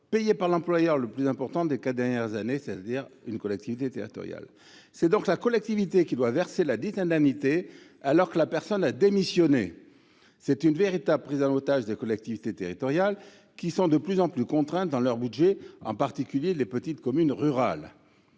payée par l’employeur le plus important des quatre dernières années. C’est donc la collectivité qui doit verser ladite indemnité, alors même que la personne a démissionné ! C’est une véritable prise en otage des collectivités territoriales, qui sont de plus en plus contraintes dans leur budget, en particulier les petites communes rurales.